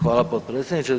Hvala potpredsjedniče.